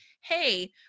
Hey